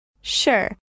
Sure